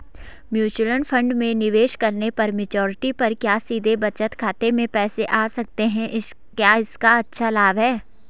Mutual fund में निवेश करने पर मैच्योरिटी पर क्या सीधे बचत खाते में पैसे आ सकते हैं क्या इसका अच्छा लाभ है?